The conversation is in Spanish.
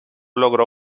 logró